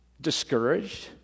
discouraged